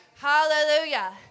Hallelujah